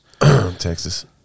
Texas